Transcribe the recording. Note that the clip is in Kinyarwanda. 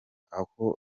aho